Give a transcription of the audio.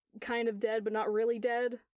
Kind-of-dead-but-not-really-dead